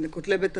לכותלי בית הסוהר.